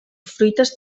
fruites